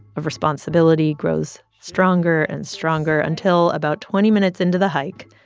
of responsibility grows stronger and stronger until about twenty minutes into the hike,